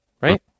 Right